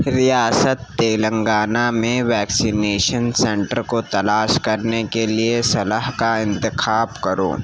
ریاست تلنگانہ میں vaccination centre کو تلاش کرنے کے لیے صلاح کا انتخاب کرو